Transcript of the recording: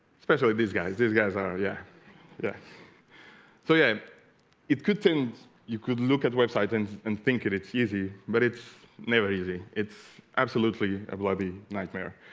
especially these guys these guys are yeah yeah so yeah it could things you could look at website and and think it it's easy but it's never easy it's absolutely a blobby nightmare